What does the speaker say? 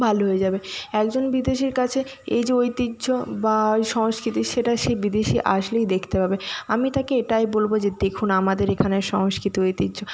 ভালো হয়ে যাবে একজন বিদেশীর কাছে এই যে ঐতিহ্য বা ওই সংস্কৃতি সেটা সেই বিদেশি আসলেই দেখতে পাবে আমি তাকে এটাই বলব যে দেখুন আমাদের এখানের সংস্কৃতি ঐতিহ্য